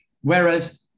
Whereas